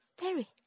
Terry